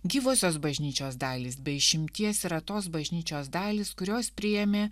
gyvosios bažnyčios dalys be išimties yra tos bažnyčios dalys kurios priėmė